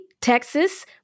Texas